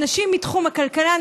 אנשים מתחום הכלכלה,